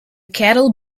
cattle